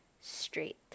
straight